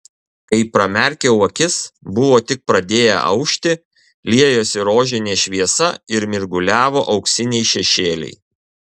kai pramerkiau akis buvo tik pradėję aušti liejosi rožinė šviesa ir mirguliavo auksiniai šešėliai